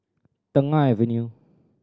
Tengah Avenue